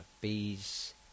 bees